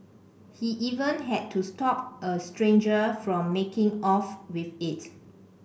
he even had to stop a stranger from making off with it